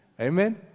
Amen